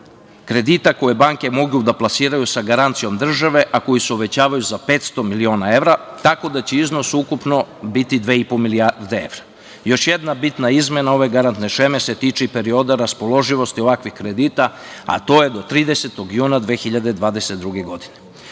kredita koje banke mogu da plasiraju sa garancijom države, a koji se uvećavaju za 500 miliona evra, tako da će iznos ukupno biti 2,5 milijardi evra. Još jedna bitna izmena ove garantne šeme se tiče i perioda raspoloživosti ovakvih kredita, a to je do 30. juna 2022. godine.S